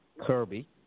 Kirby